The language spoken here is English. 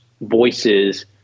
voices